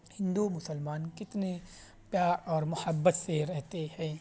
ہندو مسلمان کتنے پیا اور محبت سے رہتے ہیں